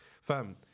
fam